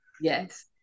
Yes